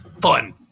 fun